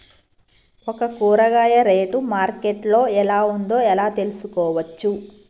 ఒక కూరగాయ rate market లో ఎలా ఉందో ఎలా తెలుసుకోవచ్చు?